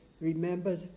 remember